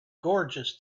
gorgeous